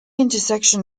intersection